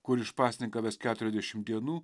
kur išpasninkavęs keturiasdešim dienų